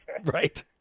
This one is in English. Right